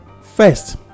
First